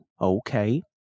okay